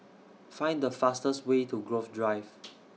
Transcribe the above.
Find The fastest Way to Grove Drive